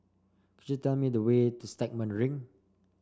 could you tell me the way to Stagmont Ring